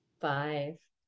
Five